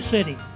City